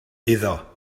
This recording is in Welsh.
iddo